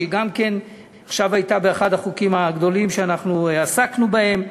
שגם עסקה עכשיו באחד החוקים הגדולים שעסקנו בהם,